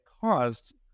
caused